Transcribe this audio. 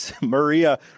Maria